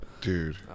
Dude